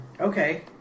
Okay